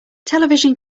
television